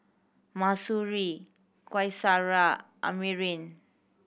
Mahsuri Qaisara Amrin